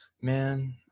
man